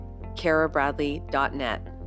karabradley.net